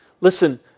Listen